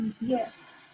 Yes